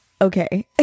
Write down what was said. okay